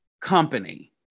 company